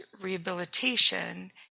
rehabilitation